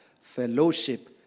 fellowship